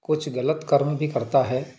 कुछ गलत कर्म भी करता है